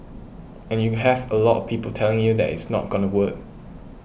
and you have a lot of people telling you that it's not gonna work